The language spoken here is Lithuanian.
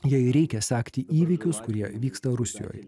jai reikia sekti įvykius kurie vyksta rusijoj